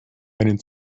einen